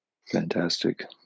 Fantastic